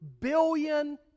billion